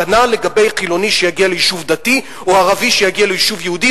כנ"ל לגבי חילוני שיגיע ליישוב דתי או ערבי שיגיע ליישוב יהודי,